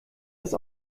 das